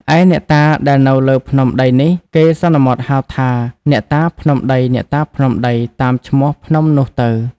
ឯអ្នកតាដែលនៅលើភ្នំដីនេះ គេសន្មតហៅថា “អ្នកតាភ្នំដីៗ” តាមឈ្មោះភ្នំនោះទៅ ។